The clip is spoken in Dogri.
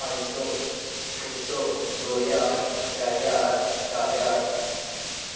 पंज सौ छे सौ दौ ज्हार त्रैऽ ज्हार चार ज्हार